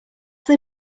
they